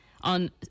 on